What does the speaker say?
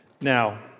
Now